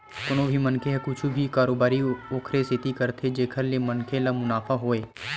कोनो भी मनखे ह कुछु भी कारोबारी ओखरे सेती करथे जेखर ले मनखे ल मुनाफा होवय